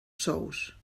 sous